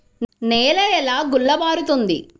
నేల ఎలా గుల్లబారుతుంది?